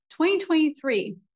2023